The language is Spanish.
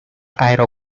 aero